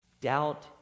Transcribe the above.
Doubt